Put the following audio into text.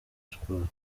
sport